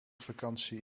vakantie